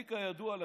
אני, כידוע לכם,